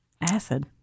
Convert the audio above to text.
acid